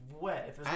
wet